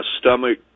stomach